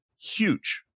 huge